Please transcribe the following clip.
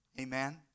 Amen